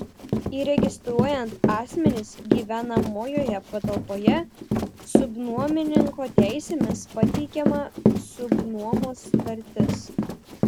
įregistruojant asmenis gyvenamojoje patalpoje subnuomininko teisėmis pateikiama subnuomos sutartis